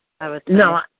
No